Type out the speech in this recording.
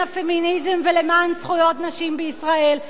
הפמיניזם ולמען זכויות נשים בישראל.